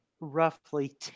roughly